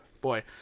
boy